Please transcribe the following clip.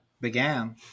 began